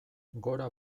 gora